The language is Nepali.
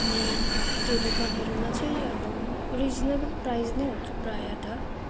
अनि त्यो दोकानहरूमा चहिँ अब रिजनेबल प्राइस नै हुन्छ प्रायः त